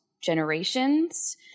generations